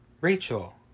Rachel